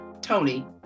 Tony